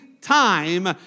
time